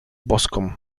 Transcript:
boską